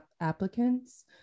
applicants